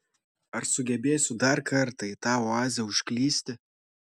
ar sugebėsiu dar kartą į tą oazę užklysti